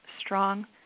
Strong